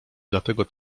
dlatego